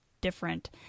different